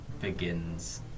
begins